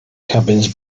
cabins